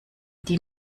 die